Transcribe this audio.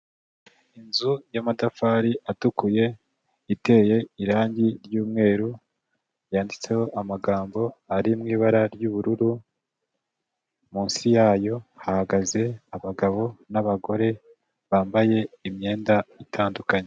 Inzu y'amatafari atukuye, iteye irangi ry'umweru, yanditseho amagambo ari mu ibara ry'ubururu, munsi yayo hahagaze abagabo n'abagore, bambaye imyenda itandukanye.